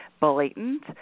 blatant